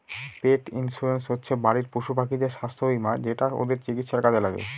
পেট insurance হচ্ছে বাড়ির পশুপাখিদের স্বাস্থ্য বীমা যেটা ওদের চিকিৎসার কাজে লাগে